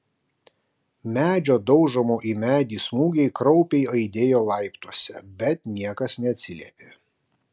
medžio daužomo į medį smūgiai kraupiai aidėjo laiptuose bet niekas neatsiliepė